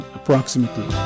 Approximately